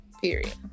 period